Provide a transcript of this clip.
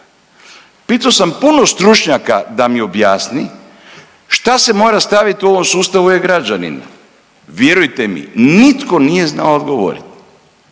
Pitao sam puno stručnjaka da mi objasni šta se mora staviti u ovom sustavu e-građanin, vjerujte mi nitko nije znao odgovoriti.